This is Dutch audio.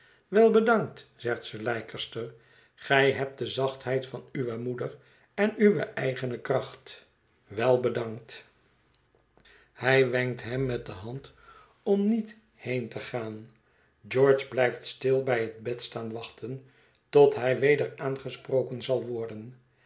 wel bedankt zegt sir leicester gij hebt de zachtheid van uwe moeder en uwe eigene kracht wel bedankt hij wenkt hem met de hand om niet heen te gaan george blijft stil bij het bed staan wachten tot hij weder aangesproken zal worden